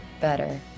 better